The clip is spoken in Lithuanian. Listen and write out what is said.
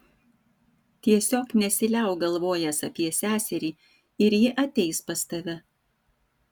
tiesiog nesiliauk galvojęs apie seserį ir ji ateis pas tave